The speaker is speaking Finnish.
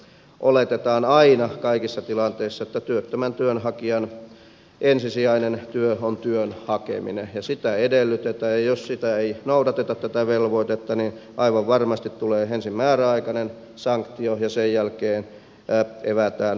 oletetaan aina kaikissa tilanteissa että työttömän työnhakijan ensisijainen työ on työn hakeminen ja sitä edellytetään ja jos tätä velvoitetta ei noudateta niin aivan varmasti tulee ensin määräaikainen sanktio ja sen jälkeen evätään työttömyysturva kokonaan